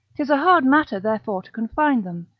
tis a hard matter therefore to confine them,